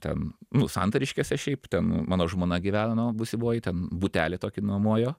ten nu santariškėse šiaip ten mano žmona gyveno būsimoji ten butelį tokį nuomojo